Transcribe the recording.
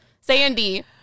Sandy